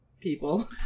people